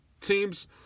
teams